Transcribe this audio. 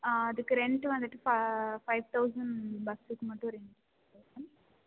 அதுக்கு ரெண்ட்டு வந்துட்டு பா ஃபைவ் தௌசண்ட் பஸ்ஸுக்கு மட்டும் ரெண்ட் ஃபைவ் தௌசண்ட்